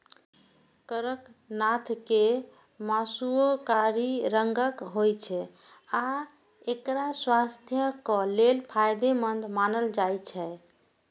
कड़कनाथ के मासुओ कारी रंगक होइ छै आ एकरा स्वास्थ्यक लेल फायदेमंद मानल जाइ छै